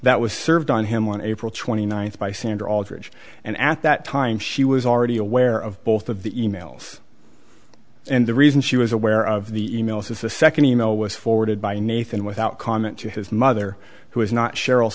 that was served on him one april twenty ninth by sandor aldridge and at that time she was already aware of both of the e mails and the reason she was aware of the e mails is the second e mail was forwarded by nathan without comment to his mother who is not cheryl